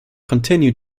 continue